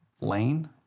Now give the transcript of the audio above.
lane